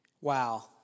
wow